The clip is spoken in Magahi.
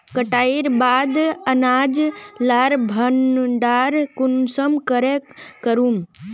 कटाईर बाद अनाज लार भण्डार कुंसम करे करूम?